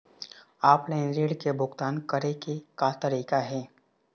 Offline ऋण के भुगतान करे के का तरीका हे?